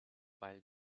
weil